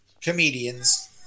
comedians